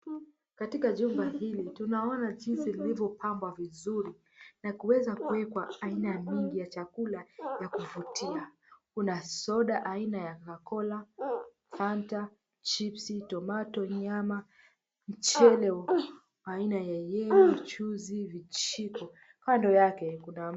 Katika jumba hili tunaona juisi zilizopangwa vizuri nakuweza kuwekwa aina mingi ya chakula ya kuvutia. Una soda aina ya kokalola, fanta, chipsi, tomato , nyama, mchele aina ya yellow mchuzi, vijiko. Kando yake kuna...